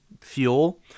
fuel